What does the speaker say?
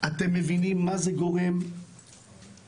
אתם מבינים מה זה גורם לציבור,